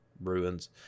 ruins